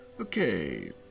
okay